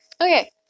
Okay